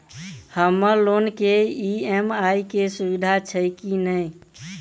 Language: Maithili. हम्मर लोन केँ ई.एम.आई केँ सुविधा छैय की नै?